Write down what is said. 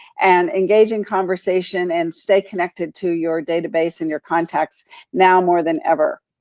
and engage in conversation and stay connected to your database and your contacts now more than ever.